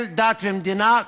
של דת ומדינה.